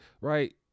right